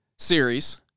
Series